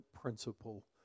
principle